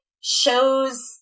shows